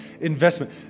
investment